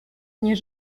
nie